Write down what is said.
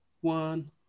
one